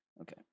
Okay